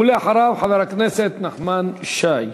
ולאחריו, חבר הכנסת נחמן שי.